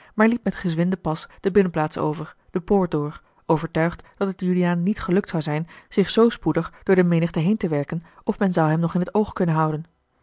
maar liep met gezwinden pas de binnenplaats over de poort door overtuigd dat het juliaan niet gelukt zou zijn zich zoo spoedig door de menigte heen te werken of men zou hem nog in t oog kunnen houden